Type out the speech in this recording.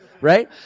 right